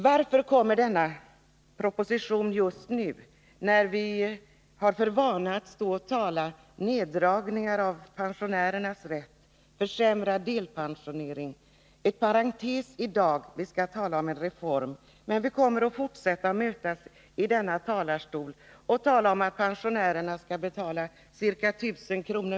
Varför kommer denna proposition just nu när vi har för vana att stå ochtala om neddragningar av pensionärernas rätt och vi har fått försämrad delpensionering? I dag gör man en parentes och talar om en reform. Men vi kommer att fortsätta att mötas i denna kammare och tala om att pensionärerna skall betala ca 1 000 kr.